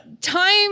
time